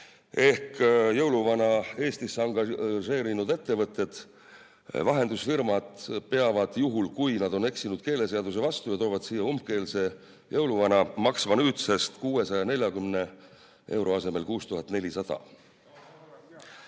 ehk jõuluvana Eestisse angažeerinud ettevõtted, vahendusfirmad peavad juhul, kui nad on eksinud keeleseaduse vastu ja toonud siia umbkeelse jõuluvana, maksma nüüdsest 640 euro asemel 6400